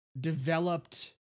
developed